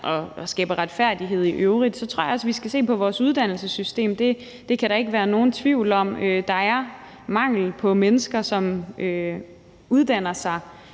og skaber retfærdighed i øvrigt. Så tror jeg også, vi skal se på vores uddannelsessystem; det kan der ikke være nogen tvivl om. Der er mangel på mennesker, som uddanner sig